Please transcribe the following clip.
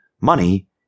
money